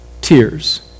tears